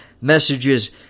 messages